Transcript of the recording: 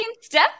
step